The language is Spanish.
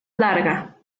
larga